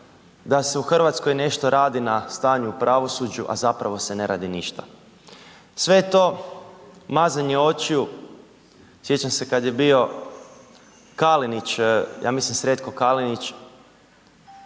da se u RH nešto radi na stanju u pravosuđu, a zapravo se ne radi ništa. Sve je to mazanje očiju. Sjećam se kad je bio Kalinić, ja mislim Sretko Kalinić,